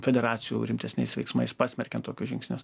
federacijų rimtesniais veiksmais pasmerkiant tokius žingsnius